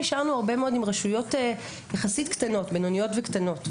נשארנו הרבה מאוד עם רשויות שהן יחסית בינוניות וקטנות.